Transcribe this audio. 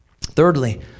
Thirdly